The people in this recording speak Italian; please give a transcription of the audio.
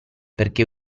perché